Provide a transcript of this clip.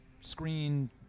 screen